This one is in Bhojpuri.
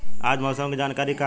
आज मौसम के जानकारी का ह?